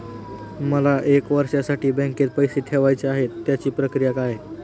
मला एक वर्षासाठी बँकेत पैसे ठेवायचे आहेत त्याची प्रक्रिया काय?